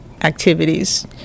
activities